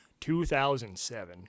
2007